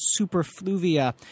Superfluvia